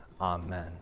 amen